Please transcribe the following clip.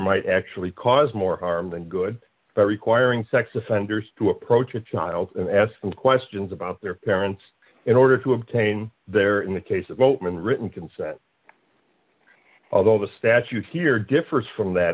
might actually cause more harm than good by requiring sex offenders to approach a child and ask them questions about their parents in order to obtain their in the case of oatman written consent although the statute here differs from that